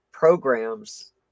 programs